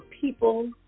people